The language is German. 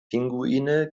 pinguine